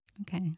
Okay